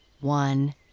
one